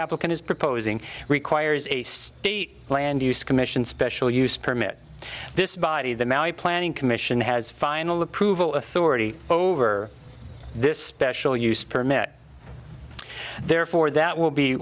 applicant is proposing requires a state land use commission special use permit this body the planning commission has final approval authority over this special use permit therefore that will be